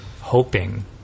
hoping